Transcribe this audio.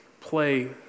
play